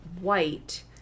white